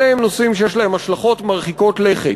אלה הם נושאים שיש להם השלכות מרחיקות לכת,